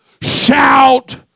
shout